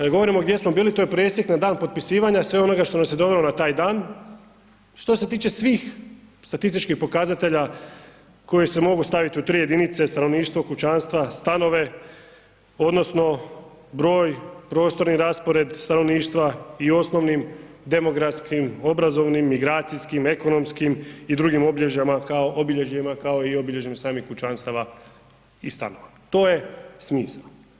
Kada govorimo gdje smo bili to je presjek na dan potpisivanja sve onoga što nas je dovelo na taj dan, što se tiče svih statističkih pokazatelja koji se mogu staviti u 3 jedinice, stanovništvo, kućanstva, stanove odnosno broj, prostorni raspored stanovništva i osnovnim demografskim, obrazovnim, migracijskim, ekonomskim i drugim obilježjama, kao, obilježjima kao i obilježjima samih kućanstava i stanova, to je smisao.